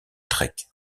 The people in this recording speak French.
trek